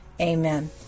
Amen